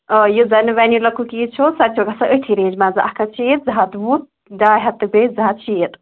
آ یُس زَن وَیٚنیٖلَا کُکیٖز سۄ تہِ چھُ گژھان أتھی رینٛج منٛزٕ اکھ ہَتھ شیٖتھ زٕ ہَتھ وُہ ڈاے ہَتھ تہٕ بیٚیہِ زٕ ہَتھ شیٖتھ